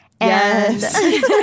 Yes